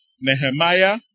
Nehemiah